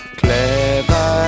clever